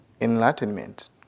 enlightenment